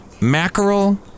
mackerel